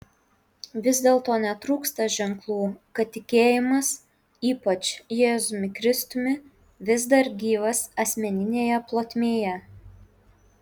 vis dėlto netrūksta ženklų kad tikėjimas ypač jėzumi kristumi vis dar gyvas asmeninėje plotmėje